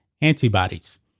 antibodies